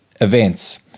events